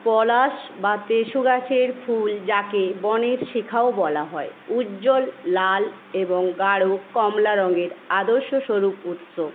পলাশ বা তেসু গাছের ফুল যাকে বনের শিখাও বলা হয় উজ্জ্বল লাল এবং গাড় কমলা রঙের আদর্শস্বরূপ উৎস